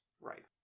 Right